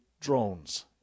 drones